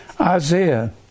Isaiah